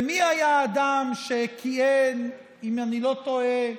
ומי היה האדם שכיהן, אם אני לא טועה,